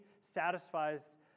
satisfies